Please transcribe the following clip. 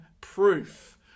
proof